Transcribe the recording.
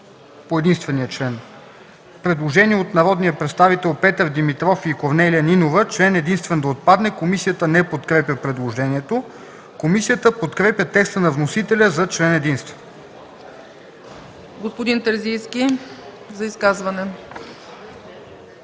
по единствения член. Предложение от народните представители Петър Димитров и Корнелия Нинова – член единствен да отпадне. Комисията не подкрепя предложението. Комисията подкрепя текста на вносителя за член единствен. ПРЕДСЕДАТЕЛ ЦЕЦКА ЦАЧЕВА: Господин Терзийски – за изказване.